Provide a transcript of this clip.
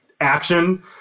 action